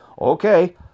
Okay